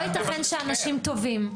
לא יתכן שאנשים טובים,